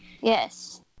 Yes